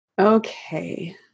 Okay